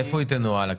איפה הקרן תנוהל?